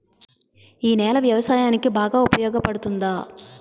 ఈ నేల వ్యవసాయానికి బాగా ఉపయోగపడుతుందా?